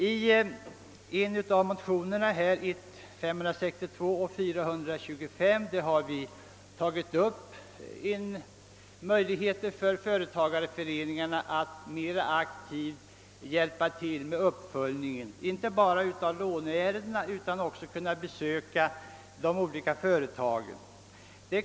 I en av motionerna, I: 562 och II: 425, har vi berört möjligheterna för företagareföreningarna att mera aktivt hjälpa till med uppföljningen, inte bara av låneärendena utan också då det gäller besök hos de olika företagen.